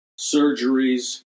surgeries